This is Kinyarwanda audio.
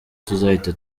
tuzahita